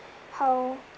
how